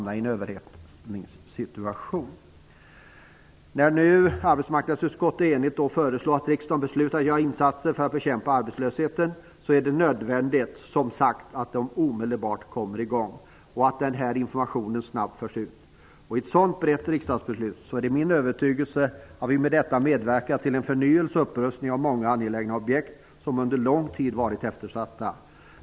När nu ett enigt arbetsmarknadsutskott föreslår att riksdagen beslutar att göra insatser för att bekämpa arbetslösheten är det nödvändigt att de omedelbart kommer i gång och att informationen snabbt förs ut. Det är min övertygelse att vi med ett sådant brett riksdagsbeslut medverkar till en förnyelse och upprustning av många angelägna objekt som under lång tid varit eftersatta.